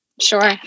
Sure